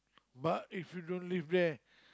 but if you don't live there